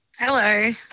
Hello